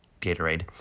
Gatorade